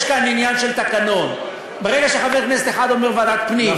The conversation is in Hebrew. יש כאן עניין של תקנון: ברגע שחבר כנסת אחד אומר ועדת הפנים,